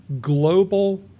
global